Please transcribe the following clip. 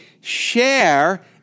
share